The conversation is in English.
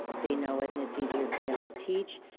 they know it and it's easier for them to teach.